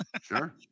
Sure